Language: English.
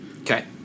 Okay